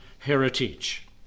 Heritage